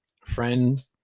friend